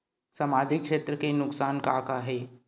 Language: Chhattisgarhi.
सामाजिक क्षेत्र के नुकसान का का हे?